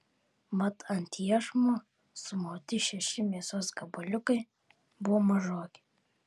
mat ant iešmo sumauti šeši mėsos gabaliukai buvo mažoki